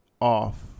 off